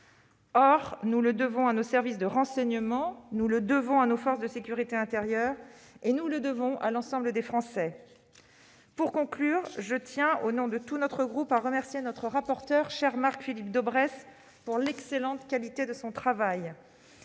Nous le devons à nos services de renseignement, à nos forces de sécurité intérieure et à l'ensemble des Français. Pour conclure, je tiens, au nom de tout notre groupe, à remercier notre rapporteur, Marc-Philippe Daubresse, pour l'excellente qualité de son travail.